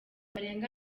barenga